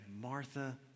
Martha